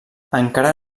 encara